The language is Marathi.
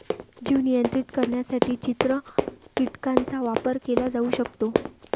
जीव नियंत्रित करण्यासाठी चित्र कीटकांचा वापर केला जाऊ शकतो